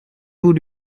vous